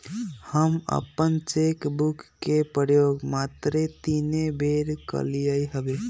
हम अप्पन cheque book के प्रयोग मातरे तीने बेर कलियइ हबे